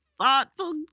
thoughtful